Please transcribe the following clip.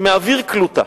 שמאוויר קלוטה,